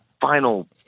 final